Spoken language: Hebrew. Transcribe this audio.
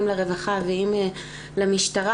אם לרווחה ואם למשטרה.